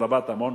ברבת-עמון.